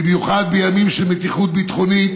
במיוחד בימים של מתיחות ביטחונית